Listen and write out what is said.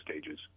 stages